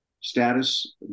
status